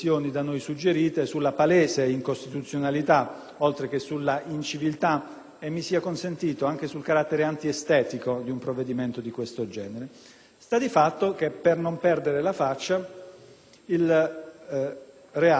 e, mi sia consentito, anche sul carattere antiestetico di un provvedimento di questo genere. Sta di fatto che, per non perdere la faccia, il reato non è stato semplicemente cancellato, come sarebbe stato segno d'intelligenza